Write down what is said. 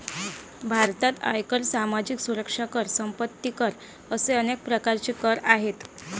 भारतात आयकर, सामाजिक सुरक्षा कर, संपत्ती कर असे अनेक प्रकारचे कर आहेत